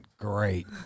great